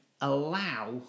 allow